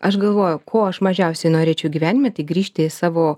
aš galvoju ko aš mažiausiai norėčiau gyvenime tai grįžti į savo